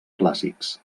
clàssics